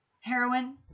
Heroin